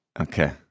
Okay